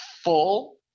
full